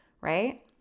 right